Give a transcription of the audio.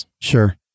sure